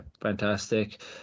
fantastic